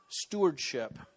Stewardship